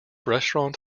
restaurant